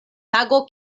tago